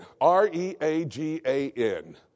R-E-A-G-A-N